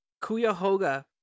Cuyahoga